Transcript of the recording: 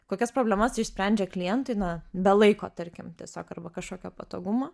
kokias problemas išsprendžia klientai na be laiko tarkim tiesiog arba kažkokio patogumo